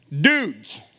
dudes